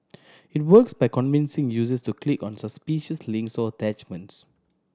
it works by convincing users to click on suspicious links or attachments